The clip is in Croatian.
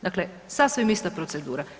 Dakle, sasvim ista procedura.